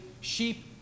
sheep